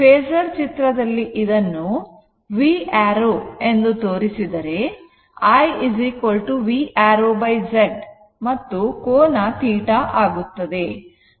phasor ಚಿತ್ರದಲ್ಲಿ ಇದನ್ನು v arrow ಎಂದು ತೋರಿಸಿದರೆ i v arrow Z ಮತ್ತು ಕೋನ θ ಆಗುತ್ತದೆ